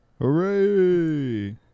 Hooray